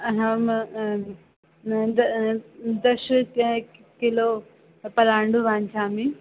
अहं दश कि किलो पलाण्डुः वाञ्चामि